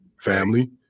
family